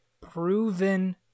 Proven